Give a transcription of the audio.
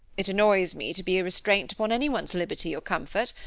it annoys me to be a restraint upon anyone's liberty or comfort,